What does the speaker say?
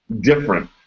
Different